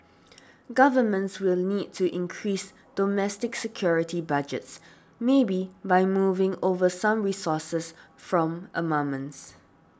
governments will need to increase domestic security budgets maybe by moving over some resources from armaments